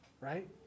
Right